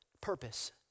Purpose